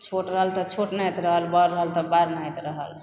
छोट रहल तऽ छोट नहि रहल बड़ रहल तऽबड़ नहि रहल